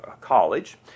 college